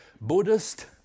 Buddhist